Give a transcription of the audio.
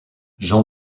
jean